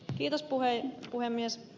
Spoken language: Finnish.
arvoisa puhemies